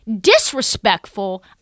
disrespectful